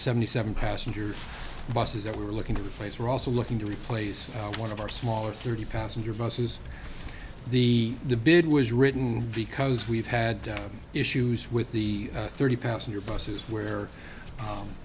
seventy seven passengers buses that we were looking to replace we're also looking to replace one of our smaller thirty passenger buses the the bid was written because we've had issues with the thirty passenger buses where